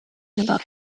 about